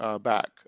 back